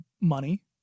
money